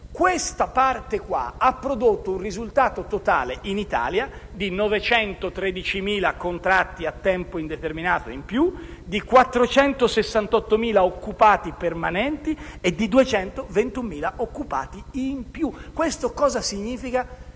Questa parte ha prodotto un risultato totale in Italia di 913.000 contratti a tempo indeterminato in più, 468.000 occupati permanenti e 221.000 occupati in più. Questo cosa significa?